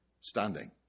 standing